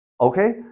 Okay